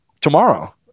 tomorrow